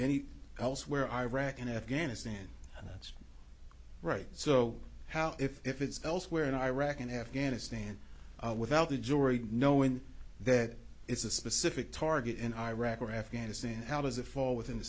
any elsewhere iraq and afghanistan that's right so how if if it's elsewhere in iraq and afghanistan without the jury knowing that it's a specific target in iraq or afghanistan how does it fall within the